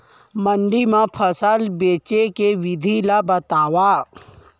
मंडी मा फसल बेचे के विधि ला बतावव?